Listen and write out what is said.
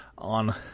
on